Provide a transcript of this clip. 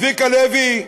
צביקה לוי,